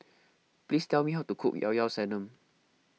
please tell me how to cook Ilao Ilao Sanum